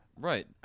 Right